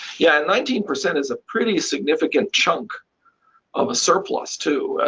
yeah nineteen percent is a pretty significant chunk of a surplus, too.